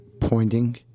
Pointing